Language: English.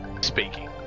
speaking